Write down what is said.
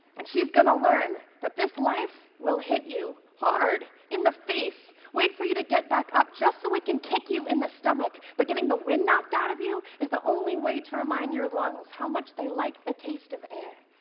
and she's going to learn that this life will hit you hard in the face, wait for you to get back up just so it can kick you in the stomach. but getting the wind knocked out of you is the only way to remind your lungs how much they like the taste of air.